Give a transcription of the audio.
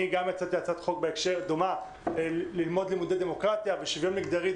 אני גם הגשתי הצעת חוק דומה והצעתי ללמד לימודי דמוקרטיה ושוויון מגדרי.